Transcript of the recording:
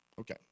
okay